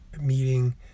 meeting